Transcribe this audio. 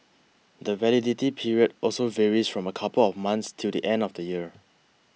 the validity period also varies from a couple of months till the end of the year